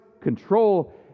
control